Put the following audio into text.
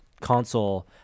console